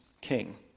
king